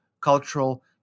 cultural